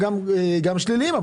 אנחנו מקבלים גם שליליים.